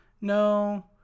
No